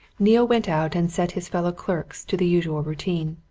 neale went out and set his fellow-clerks to the usual routine.